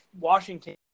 Washington –